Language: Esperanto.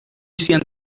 sian